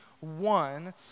one